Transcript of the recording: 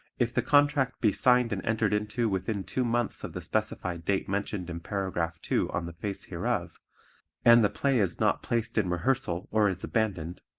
if the contract be signed and entered into within two months of the specific date mentioned in paragraph two on the face hereof and the play is not placed in rehearsal or is abandoned,